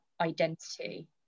identity